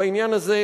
בעניין הזה,